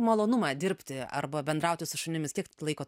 malonumą dirbti arba bendrauti su šunimis kiek laiko